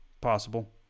Possible